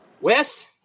Wes